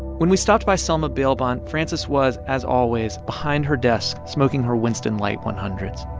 when we stopped by selma bail bond, frances was, as always, behind her desk, smoking her winston light one hundred s.